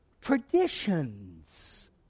traditions